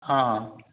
हँ